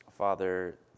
Father